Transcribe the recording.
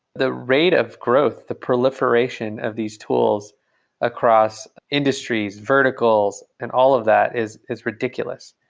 the rate of growth, the proliferation of these tools across industries, verticals, and all of that is is ridiculous.